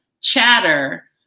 chatter